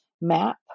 map